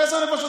אין תורים שם.